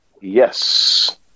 Yes